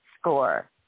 score